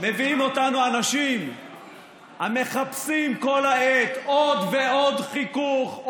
מביאים אותנו אנשים המחפשים כל העת עוד ועוד חיכוך,